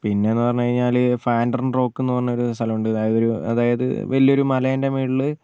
പിന്നെന്നു പറഞ്ഞ് കഴിഞ്ഞാൽ ഫാന്റം റോക്ക് എന്നു പറഞ്ഞൊരു സ്ഥലമുണ്ട് അതൊരു അതായത് വലിയൊരു മലേൻറ്റെ മേളിൽ